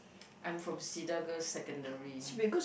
I'm from Cedar Girls' secondary